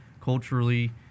culturally